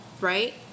right